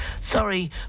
Sorry